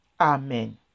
Amen